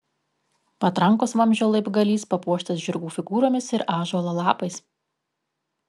patrankos vamzdžio laibgalys papuoštas žirgų figūromis ir ąžuolo lapais